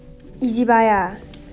Ezbuy ah